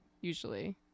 usually